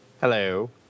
Hello